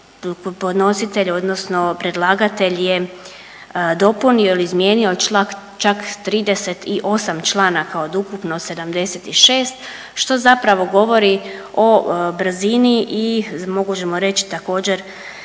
Podnositelj odnosno predlagatelj je dopunio ili izmijenio čak 38 članaka od ukupno 76 što zapravo govori o brzini i možemo reći također